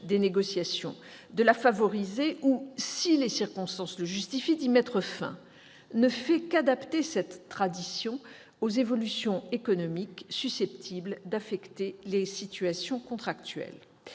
des négociations, de la favoriser ou, si les circonstances le justifient, d'y mettre fin ne fait qu'adapter cette tradition aux évolutions économiques susceptibles d'affecter les situations contractuelles.